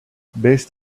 based